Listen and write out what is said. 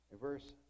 verse